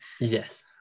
yes